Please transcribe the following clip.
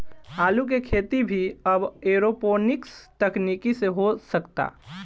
आलू के खेती भी अब एरोपोनिक्स तकनीकी से हो सकता